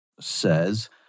says